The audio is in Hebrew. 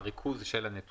כלומר ריכוז של הנתונים,